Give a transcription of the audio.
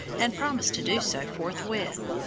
and promised to do so forthwith.